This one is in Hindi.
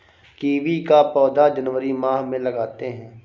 कीवी का पौधा जनवरी माह में लगाते हैं